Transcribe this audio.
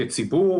כציבור,